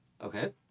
Okay